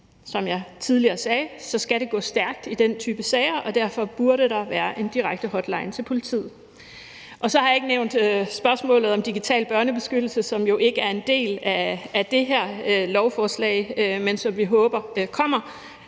Som jeg tidligere sagde, skal det gå stærkt i den type sager, og derfor burde der være en direkte hotline til politiet. Så har jeg ikke nævnt spørgsmålet om digital børnebeskyttelse, som jo ikke er en del af det her lovforslag, men som vi håber kommer.